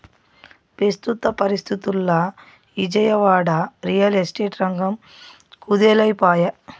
పెస్తుత పరిస్తితుల్ల Vijayawada, real estate రంగం కుదేలై పాయె